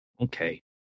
Okay